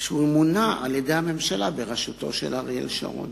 שהוא מונה על-ידי הממשלה בראשותו של אריאל שרון.